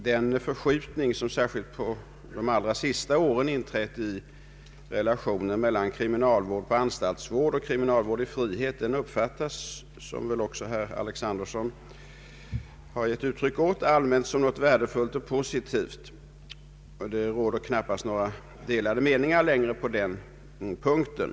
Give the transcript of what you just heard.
Den förskjutning som speciellt under de allra senaste åren har inträtt i relationen mellan kriminalvård i form av anstaltsvård och kriminalvård i frihet har allmänt uppfattats — som även herr Alexanderson har givit uttryck åt — såsom någonting värdefullt och positivt. Det råder knappast några delade meningar längre på den punkten.